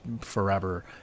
forever